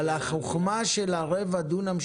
אבל החוכמה של רבע דונם,